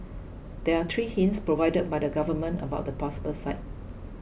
there are three hints provided by the government about the possible site